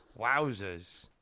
Wowzers